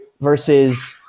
versus